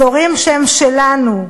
אזורים שהם שלנו,